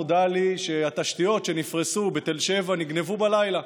נודע לי שהתשתיות שנפרסו בתל שבע נגנבו בלילה.